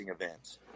events